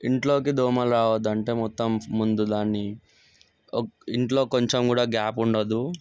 ఇంట్లోకి దోమలు రావద్దంటే మొత్తం ముందు దాన్ని ఇంట్లో కొంచెం కూడా గ్యాప్ ఉండద్దు